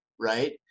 right